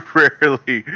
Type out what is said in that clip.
rarely